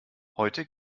heute